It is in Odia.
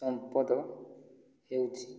ସମ୍ପଦ ହେଉଛି